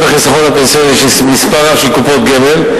החיסכון הפנסיוני יש מספר רב של קופות גמל,